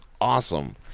awesome